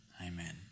Amen